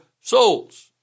souls